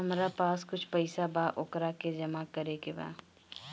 हमरा पास कुछ पईसा बा वोकरा के जमा करे के बा?